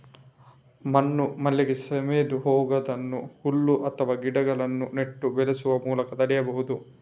ಮಣ್ಣು ಮಳೆಗೆ ಸವೆದು ಹೋಗುದನ್ನ ಹುಲ್ಲು ಅಥವಾ ಗಿಡಗಳನ್ನ ನೆಟ್ಟು ಬೆಳೆಸುವ ಮೂಲಕ ತಡೀಬಹುದು